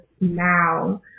now